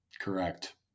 Correct